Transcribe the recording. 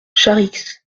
charix